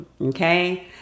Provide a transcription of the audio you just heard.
Okay